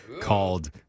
called